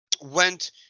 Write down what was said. went